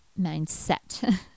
mindset